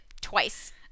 twice